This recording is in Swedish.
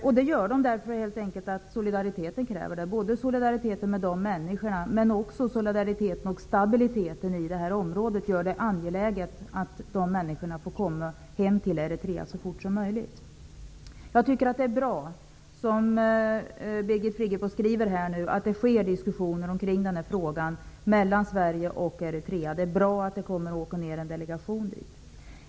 Man gör det helt enkelt därför att solidariteten med dessa människor kräver det, men stabiliteten i området gör det också angeläget att de får komma hem så fort som möjligt. Det är bra, som Birgit Friggebo säger, att det pågår diskussioner i frågan mellan Sverige och Eritrea. Det är bra att en delegation kommer att åka dit.